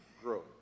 growth